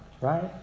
Right